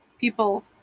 people